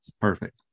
Perfect